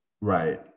right